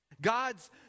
God's